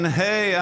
hey